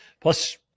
Plus